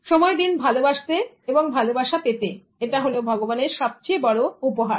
সময় দিন ভালবাসতে এবং ভালোবাসা পেতে এটা হল ভগবানের সবচেয়ে বড় গিফট